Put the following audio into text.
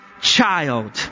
child